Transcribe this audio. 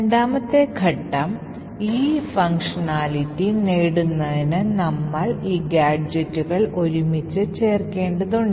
രണ്ടാമത്തെ ഘട്ടം ഈ പ്രവർത്തനം നേടുന്നതിന് നമ്മൾ ഈ ഗാഡ്ജെറ്റുകൾ ഒരുമിച്ച് ചേർക്കേണ്ടതുണ്ട്